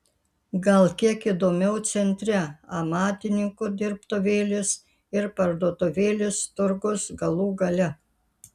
gal kiek įdomiau centre amatininkų dirbtuvėlės ir parduotuvėlės turgus galų gale